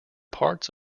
parts